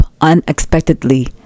unexpectedly